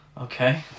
Okay